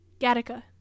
gattaca